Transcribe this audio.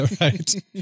right